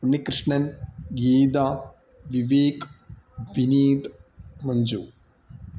Unnikrishnan Geetha Vivek Vineeth Manju